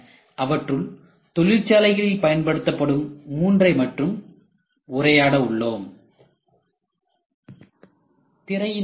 அவற்றுள் தொழிற்சாலைகளில் பயன்படுத்தப்படும் மூன்றை பற்றி மட்டும் உரையாட உள்ளோம்